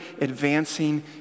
advancing